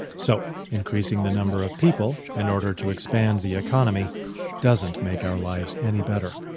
so increasing the number of people in order to expand the economy doesn't make our lives any better.